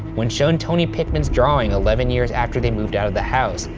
when shown tony pickman's drawing eleven years after they moved out of the house,